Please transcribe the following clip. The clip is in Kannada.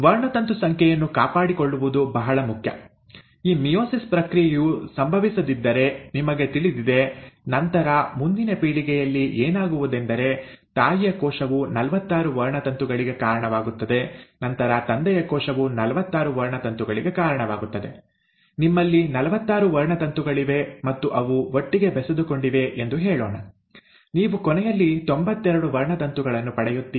ವರ್ಣತಂತು ಸಂಖ್ಯೆಯನ್ನು ಕಾಪಾಡಿಕೊಳ್ಳುವುದು ಬಹಳ ಮುಖ್ಯ ಈ ಮಿಯೋಸಿಸ್ ಪ್ರಕ್ರಿಯೆಯು ಸಂಭವಿಸದಿದ್ದರೆ ನಿಮಗೆ ತಿಳಿದಿದೆ ನಂತರ ಮುಂದಿನ ಪೀಳಿಗೆಯಲ್ಲಿ ಏನಾಗುವುದೆಂದರೆ ತಾಯಿಯ ಕೋಶವು ನಲವತ್ತಾರು ವರ್ಣತಂತುಗಳಿಗೆ ಕಾರಣವಾಗುತ್ತದೆ ನಂತರ ತಂದೆಯ ಕೋಶವು ನಲವತ್ತಾರು ವರ್ಣತಂತುಗಳಿಗೆ ಕಾರಣವಾಗುತ್ತದೆ ನಿಮ್ಮಲ್ಲಿ ನಲವತ್ತಾರು ವರ್ಣತಂತುಗಳಿವೆ ಮತ್ತು ಅವು ಒಟ್ಟಿಗೆ ಬೆಸೆದುಕೊಂಡಿವೆ ಎಂದು ಹೇಳೋಣ ನೀವು ಕೊನೆಯಲ್ಲಿ ತೊಂಬತ್ತೆರಡು ವರ್ಣತಂತುಗಳನ್ನು ಪಡೆಯುತ್ತೀರಿ